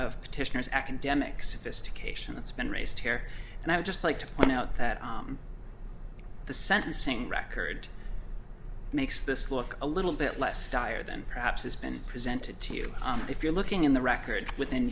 of petitioner's academic sophistication that's been raised here and i would just like to point out that the sentencing record makes this look a little bit less dire than perhaps has been presented to you and if you're looking in the record within